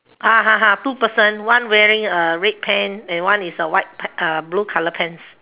(uh huh huh) two person one wearing a red pant and one is a white uh blue color pants